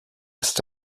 ist